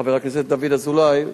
חבר הכנסת דוד אזולאי,